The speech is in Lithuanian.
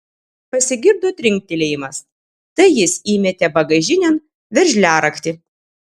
pasigirdo trinktelėjimas tai jis įmetė bagažinėn veržliaraktį